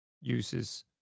uses